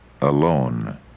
alone